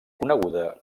coneguda